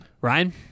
Ryan